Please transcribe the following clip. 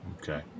okay